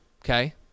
okay